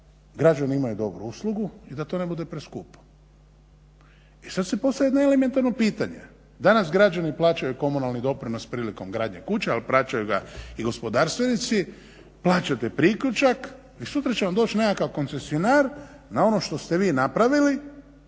građani imaju dobru uslugu i da to ne bude preskupo. I sada se postavlja jedno elementarno pitanje danas građani plaćaju komunalni doprinos prilikom gradnje kuće ali plaćaju ga i gospodarstvenici, plaćate priključak i sutra će vam doći nekakav koncesionar na ono što ste vi napravili